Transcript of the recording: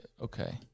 Okay